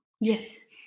Yes